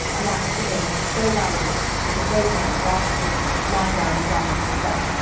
and that, to him, was so valuable because those men, rather than lying down and dying of despair,